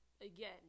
again